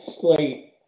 slate